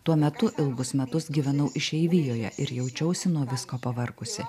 tuo metu ilgus metus gyvenau išeivijoje ir jaučiausi nuo visko pavargusi